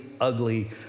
ugly